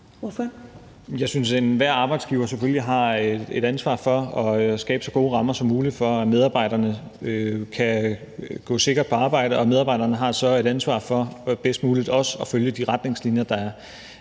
Jeg synes, at enhver arbejdsgiver selvfølgelig har et ansvar for at skabe så gode rammer som muligt for, at medarbejderne kan gå sikkert på arbejde, og medarbejderne har så et ansvar for bedst muligt også at følge de retningslinjer, der er